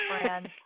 friends